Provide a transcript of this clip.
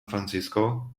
francisco